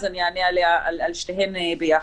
אני אענה על שתיהן ביחד.